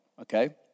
Okay